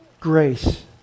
grace